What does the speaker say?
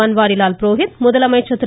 பன்வாரிலால் புரோஹித் முதலமைச்சர் திரு